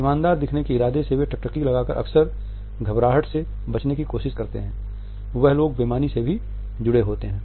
ईमानदार दिखने के इरादे से वे टकटकी लगाकर अक्सर घबराहट से बचने की कोशिश करते हैं वह लोग बेईमानी से भी जुडे होते हैं